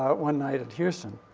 one night at houston.